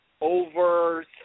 over